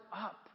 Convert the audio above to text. up